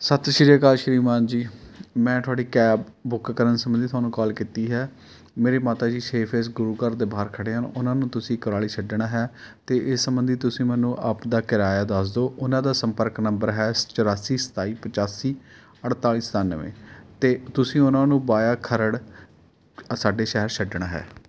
ਸਤਿ ਸ਼੍ਰੀ ਅਕਾਲ ਸ਼੍ਰੀਮਾਨ ਜੀ ਮੈਂ ਤੁਹਾਡੀ ਕੈਬ ਬੁੱਕ ਕਰਨ ਸੰਬੰਧੀ ਤੁਹਾਨੂੰ ਕਾਲ ਕੀਤੀ ਹੈ ਮੇਰੇ ਮਾਤਾ ਜੀ ਛੇ ਫੇਸ ਗੁਰੂ ਘਰ ਦੇ ਬਾਹਰ ਖੜ੍ਹੇ ਹਨ ਉਹਨਾਂ ਨੂੰ ਤੁਸੀਂ ਕੁਰਾਲੀ ਛੱਡਣਾ ਹੈ ਅਤੇ ਇਸ ਸੰਬੰਧੀ ਤੁਸੀਂ ਮੈਨੂੰ ਆਪਦਾ ਕਿਰਾਇਆ ਦੱਸ ਦਿਉ ਉਹਨਾਂ ਦਾ ਸੰਪਰਕ ਨੰਬਰ ਹੈ ਚੁਰਾਸੀ ਸਤਾਈ ਪਚਾਸੀ ਅਠਤਾਲੀ ਸਤਾਨਵੇਂ ਅਤੇ ਤੁਸੀਂ ਉਹਨਾਂ ਨੂੰ ਬਾਇਆ ਖਰੜ ਸਾਡੇ ਸ਼ਹਿਰ ਛੱਡਣਾ ਹੈ